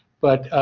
but,